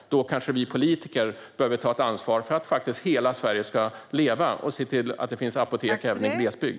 Då behöver kanske vi politiker ta ansvar för att hela Sverige ska leva och se till att det finns apotek även i glesbygd.